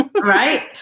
right